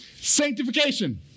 Sanctification